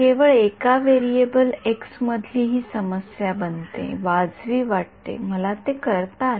केवळ एका variable X मधली ही समस्या बनते वाजवी वाटते मला ते करता आले